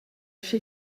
sche